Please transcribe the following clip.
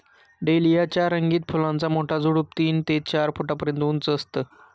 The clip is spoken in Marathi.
डेलिया च्या रंगीत फुलांचा मोठा झुडूप तीन ते चार फुटापर्यंत उंच असतं